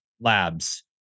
labs